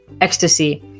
ecstasy